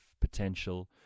potential